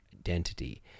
identity